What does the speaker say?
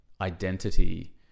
identity